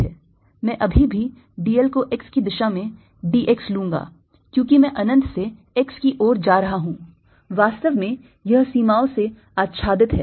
मैं अभी भी dl को x की दिशा में dx लूंगा क्योंकि मैं अनंत से x की ओर जा रहा हूं वास्तव में यह सीमाओं से आच्छादित है